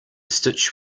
stitch